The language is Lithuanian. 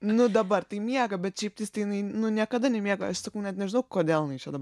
nu dabar tai miega bet šiaptais tai jinai nu niekada nemiega aš sakau net nežinau kodėl jinai čia dabar